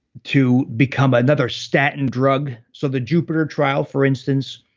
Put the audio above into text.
to become another statin drug, so the jupiter trial, for instance,